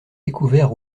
découvert